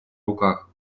руках